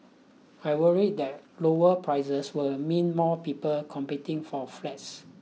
I worried that lower prices will mean more people competing for flats